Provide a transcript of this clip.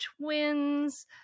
twins